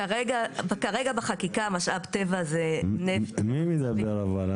כרגע בחקיקה משאב טבע זה נפט -- מי מדבר אבל?